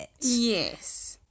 yes